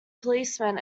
policemen